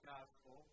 Gospel